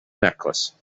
necklace